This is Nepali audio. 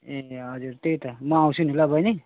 ए हजुर त्यही त म आउँछु नि ल बहिनी